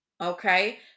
Okay